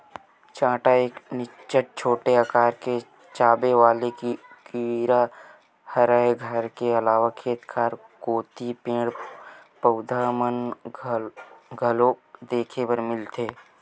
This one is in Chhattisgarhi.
चाटा ए निच्चट छोटे अकार के चाबे वाले कीरा हरय घर के अलावा खेत खार कोती पेड़, पउधा म घलोक देखे बर मिलथे